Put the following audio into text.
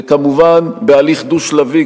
וכמובן הליך דו-שלבי,